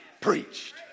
preached